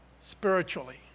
spiritually